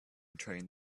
train